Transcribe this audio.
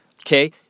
Okay